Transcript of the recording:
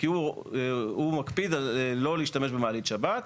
כי הוא מקפיד על לא להשתמש במעלית שבת,